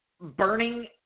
burning